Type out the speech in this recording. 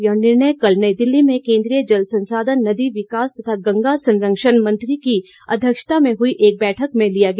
यह निर्णय कल नई दिल्ली में केन्द्रीय जल संसाधन नदी विकास तथा गंगा संरक्षण मंत्री की अध्यक्षता में हुई एक बैठक में लिया गया